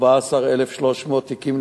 14,300 תיקים,